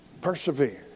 persevere